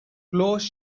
close